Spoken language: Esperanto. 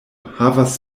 havas